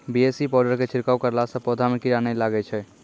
BAC powder के छिड़काव करला से पौधा मे कीड़ा नैय लागै छै?